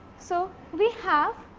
so, we have